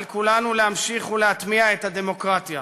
על כולנו להמשיך ולהטמיע את הדמוקרטיה.